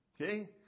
Okay